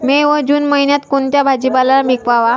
मे व जून महिन्यात कोणता भाजीपाला पिकवावा?